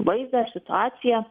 vaizdąir situaciją